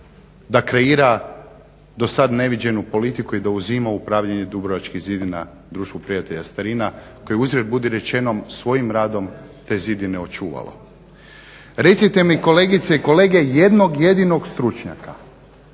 da kreira do sada neviđenu politiku i da uzima upravljanje Dubrovačkih zidina Društvu prijatelja starina koje uzgred budi rečeno svojim radom te zidine očuvalo. Recite mi kolegice i kolege jednog jedinog stručnjaka